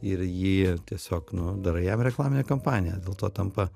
ir jį tiesiog nu darai jam reklaminę kampaniją dėl to tampa